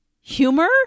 humor